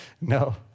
No